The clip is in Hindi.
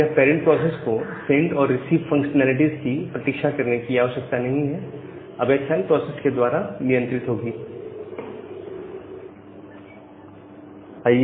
अब यह पैरंट प्रोसेस को सेंड और रिसीव फंक्शनैलिटीज की प्रतीक्षा करने की आवश्यकता नहीं अब यह चाइल्ड प्रोसेस के द्वारा नियंत्रित होंगे